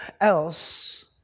else